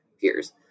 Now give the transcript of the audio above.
peers